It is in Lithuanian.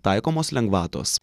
taikomos lengvatos